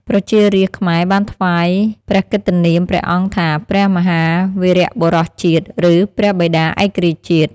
ប្រជារាស្ត្រខ្មែរបានថ្វាយព្រះកិត្តិនាមព្រះអង្គថា "ព្រះមហាវីរបុរសជាតិ ឬព្រះបិតាឯករាជ្យជាតិ"។